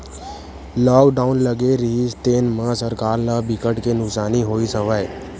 lockdown लगे रिहिस तेन म सरकार ल बिकट के नुकसानी होइस हवय